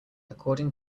according